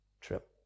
trip